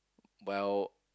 well